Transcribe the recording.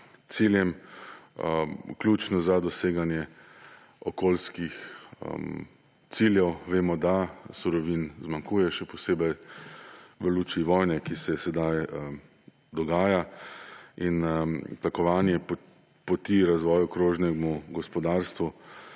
ciljem, vključno za doseganje okoljskih ciljev. Vemo, da surovin zmanjkuje, še posebej v luči vojne, ki se sedaj dogaja. Tlakovanje poti razvoju krožnemu gospodarstvu